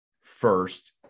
first